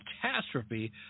catastrophe